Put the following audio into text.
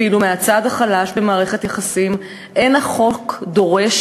ואילו מהצד החלש במערכת יחסים אין החוק דורש